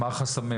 החסמים?